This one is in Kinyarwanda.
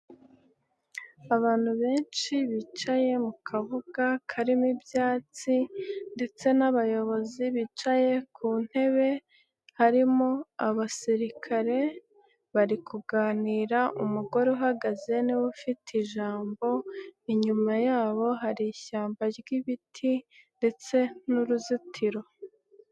Abantu benshi bicaye mu kabuga karimo ibyatsi ndetse n'abayobozi bicaye ku ntebe harimo abasirikare bari kuganira, umugore uhagaze niwe ufite ijambo, inyuma yabo hari ishyamba ry'ibiti ndetse n'uruzitiro.